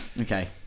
Okay